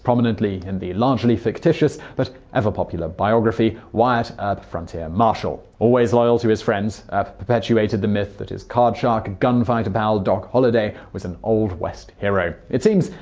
prominently in the largely fictitious, but ever popular, biography wyatt earp frontier marshall. always loyal to his friend, earp perpetuated the myth that his card shark, gun fighter pal, doc holliday, was an old west hero. it seems,